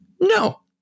no